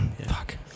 Fuck